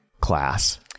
class